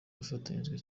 bafashijwe